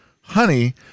honey